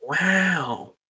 Wow